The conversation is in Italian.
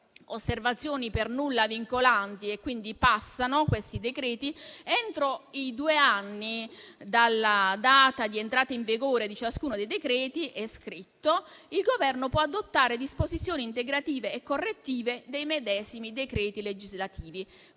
osservazioni per nulla vincolanti, entro due anni dalla data di entrata in vigore di ciascuno dei decreti è scritto che il Governo può adottare disposizioni integrative e correttive dei medesimi decreti legislativi,